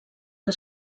que